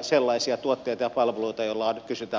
sellaisia uusia tuotteita ja palveluita joilla on kysyntää maailmanmarkkinoilla